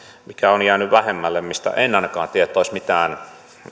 mikä on jäänyt vähemmälle mistä en ainakaan tiedä että olisi mitään